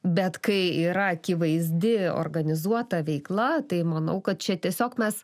bet kai yra akivaizdi organizuota veikla tai manau kad čia tiesiog mes